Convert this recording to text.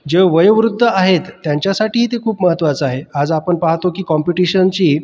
जे वयवृद्ध आहेत त्यांच्यासाठीही ते खूप महत्त्वाचं आहे आज आपण पाहतो की कॉम्पिटिशनची